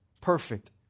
perfect